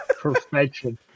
perfection